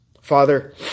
Father